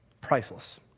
priceless